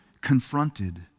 confronted